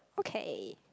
okay